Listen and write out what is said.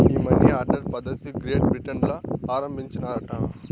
ఈ money order పద్ధతిది Great Britain ల ఆరంబించినారట